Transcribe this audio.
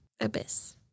abyss